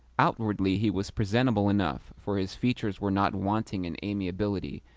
outwardly he was presentable enough, for his features were not wanting in amiability,